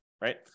right